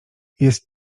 jest